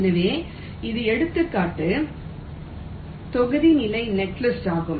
எனவே இது எடுத்துக்காட்டு தொகுதி நிலை நெட்லிஸ்ட் ஆகும்